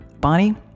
Bonnie